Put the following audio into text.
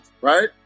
Right